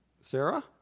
Sarah